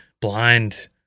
blind